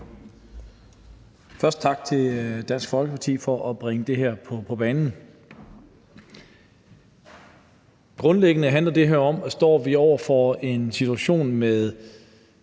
Først tak til Dansk Folkeparti for at bringe det her på bane. Grundlæggende handler det her om, at vi står over for arbejdsskader, som